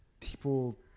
people